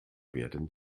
werden